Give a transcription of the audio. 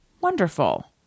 wonderful